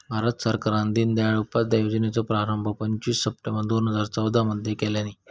भारत सरकारान दिनदयाल उपाध्याय योजनेचो प्रारंभ पंचवीस सप्टेंबर दोन हजार चौदा मध्ये केल्यानी